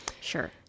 Sure